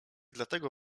dlatego